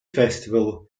festival